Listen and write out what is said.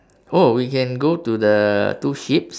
oh we can go to the two sheeps